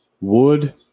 wood